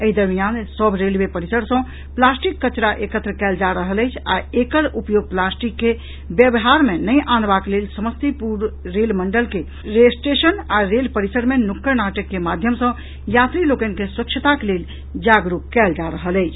एहि दरमियान सभ रेलवे परिसर सॅ प्लास्टिक कचरा एकत्र कयल जा रहल अछि आ एकल उपयोग प्लास्टिक के व्यवहार मे नहि आबाक लेल समस्तीपुर रेल मंडल के स्टेशन आ रेल परिसर मे नुक्कड़ नाटक के माध्यम सॅ यात्री लोकनि के स्वच्छताक लेल जागरूक कयल जा रहल अछि